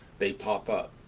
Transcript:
they pop up.